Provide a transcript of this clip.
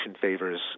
favors